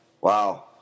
Wow